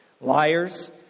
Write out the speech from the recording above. liars